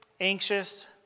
anxious